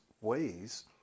ways